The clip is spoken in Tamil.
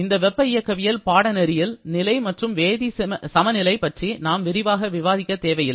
இந்த வெப்ப இயக்கவியல் பாடநெறியில் நிலை மற்றும் வேதி சமநிலை பற்றி நாம் விரிவாக விவாதிக்க தேவையில்லை